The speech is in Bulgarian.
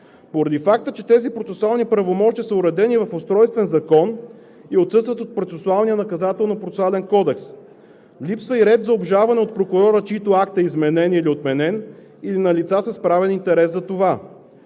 поради факта, че тези процесуални правомощия са уредени в устройствен закон и отсъстват от Наказателно-процесуалния кодекс, липсва и ред за обжалване от прокурора, чийто акт е изменен или отменен или на лица с правен интерес за това.